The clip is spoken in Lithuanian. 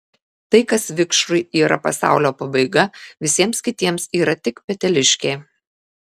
tai kas vikšrui yra pasaulio pabaiga visiems kitiems yra tik peteliškė